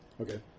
Okay